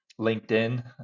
LinkedIn